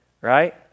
right